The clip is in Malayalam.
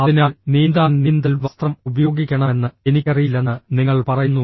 അതിനാൽ നീന്താൻ നീന്തൽ വസ്ത്രം ഉപയോഗിക്കണമെന്ന് എനിക്കറിയില്ലെന്ന് നിങ്ങൾ പറയുന്നു